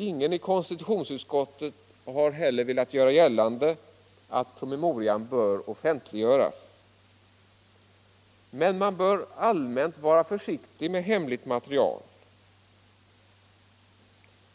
Ingen i konstitutionsutskottet har heller velat göra gällande att promemorian bör offentliggöras. Men man bör allmänt vara försiktig med hemligt material.